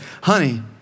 honey